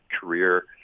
career